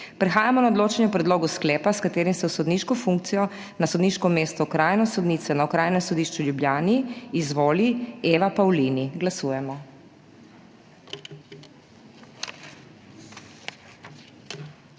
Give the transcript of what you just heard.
Prehajamo na odločanje o predlogu sklepa, s katerim se v sodniško funkcijo na sodniško mesto okrajne sodnice na Okrajnem sodišču v Ljubljani izvoli dr. Špela Kogovšek